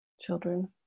children